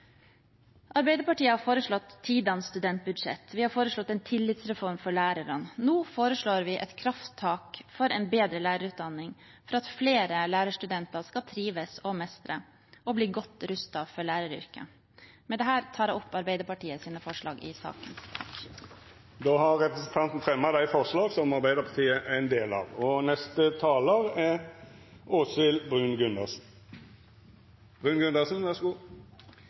Arbeiderpartiet har foreslått tidenes studentbudsjett. Vi har foreslått en tillitsreform for lærerne. Nå foreslår vi et krafttak for en bedre lærerutdanning, for at flere lærerstudenter skal trives og mestre og bli godt rustet for læreryrket. Med dette tar jeg opp forslagene Arbeiderpartiet står bak alene og sammen med andre. Representanten Nina Sandberg har teke opp dei forslaga ho refererte til. Det er liten tvil om at gode lærere er en forutsetning for en god